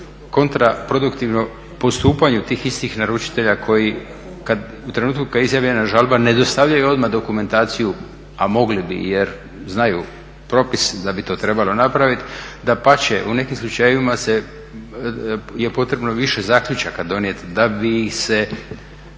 Kontraproduktivno postupanju tih istih naručitelja koji kad u trenutku kad je izjavljena žalba ne dostavljaju odmah dokumentaciju a mogli bi jer znaju propis da bi to trebalo napraviti. Dapače, u nekim slučajevima je potrebno više zaključaka donijeti da bi se